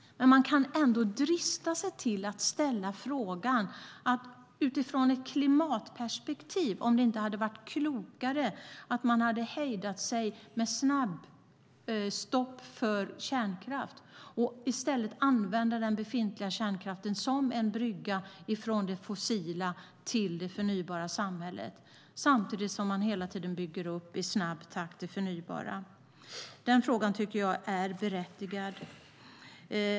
Men man kan ändå drista sig att ställa frågan om det inte hade varit klokare utifrån ett klimatperspektiv att de hade hejdat sig när det gäller snabbstoppet för kärnkraft och i stället använt den befintliga kärnkraften som en brygga från det fossila till det förnybara samhället samtidigt som man bygger upp det förnybara i snabb takt. Jag tycker att den frågan är berättigad.